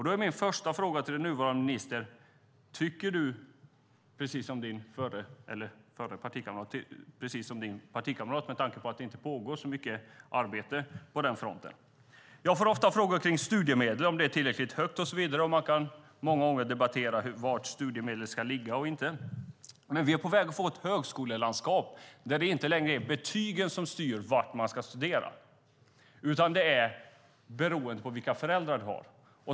Då är min första fråga till den nuvarande ministern: Tycker du som din partikamrat, med tanke på att det inte pågår så mycket arbete på den fronten? Jag får ofta frågor kring studiemedel, om det är tillräckligt högt och så vidare, och man kan debattera på vilken nivå det ska ligga. Men vi är på väg att få ett högskolelandskap där det inte längre är betygen som styr var man ska studera, utan det är beroende på vilka föräldrar man har.